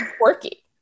quirky